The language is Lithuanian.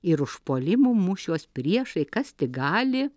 ir užpuolimų mūšiuos priešai kas tik gali